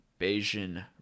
Bayesian